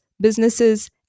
businesses